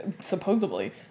supposedly